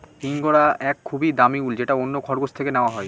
ইঙ্গরা এক খুবই দামি উল যেটা অন্য খরগোশ থেকে নেওয়া হয়